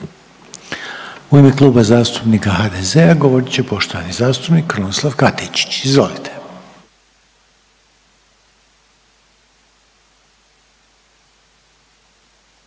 U ime Kluba zastupnika HDZ-a govorit će poštovana zastupnica Ankica Zmaić. Izvolite.